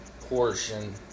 portion